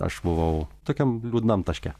aš buvau tokiam liūdnam taške